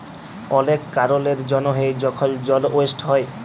অলেক কারলের জ্যনহে যখল জল ওয়েস্ট হ্যয়